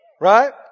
Right